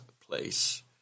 place